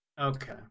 Okay